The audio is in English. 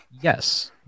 Yes